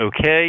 okay